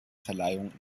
verleihung